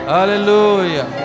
Hallelujah